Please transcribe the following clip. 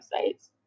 websites